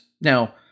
Now